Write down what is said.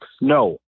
No